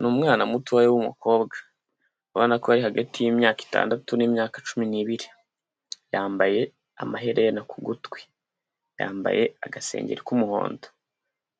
Ni umwana mutoya w'umukobwa ubona ko ari hagati y'imyaka itandatu n'imyaka cumi n'ibiri. Yambaye amahere ku gutwi yambaye agasenge k'umuhondo